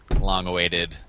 long-awaited